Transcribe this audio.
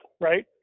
right